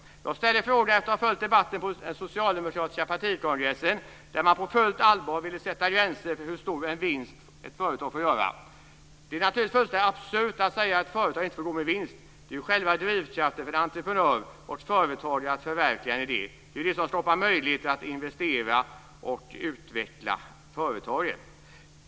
Jag ställer frågan efter att ha följt debatten på den socialdemokratiska partikongressen, där man på fullt allvar vill sätta gränser för hur stor vinst ett företag får göra. Det är naturligtvis fullständigt absurt att säga att ett företag inte får gå med vinst. Det är ju själva drivkraften för en entreprenör och företagare att förverkliga en idé. Det är ju det som skapar möjlighet att investera och utveckla företaget.